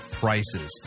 Prices